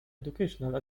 educational